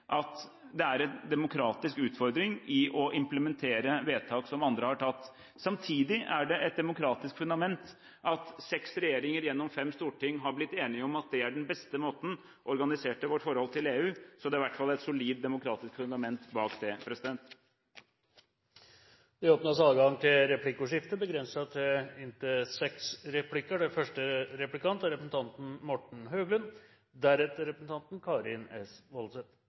at det er en demokratisk utfordring i å implementere vedtak som andre har fattet. Samtidig er det et demokratisk fundament at seks regjeringer gjennom fem storting har blitt enige om at det er den beste måten å organisere vårt forhold til EU, så det er i hvert fall et solid demokratisk fundament bak det. Det blir replikkordskifte. Først vil jeg få lov til å si at jeg synes det er